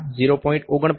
49 બરાબર 3